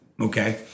okay